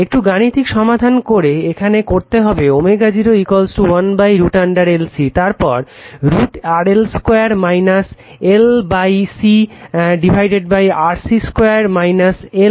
একটু গাণিতিক সমাধান করে এখানে করতে হবে ω0 1√LC তারপর √ RL 2 L C RC 2 L C